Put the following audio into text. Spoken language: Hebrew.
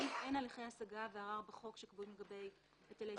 אין הליכי השגה וערר בחוק שקבועים לגבי היטלי סלילה.